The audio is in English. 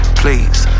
please